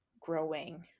growing